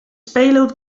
payload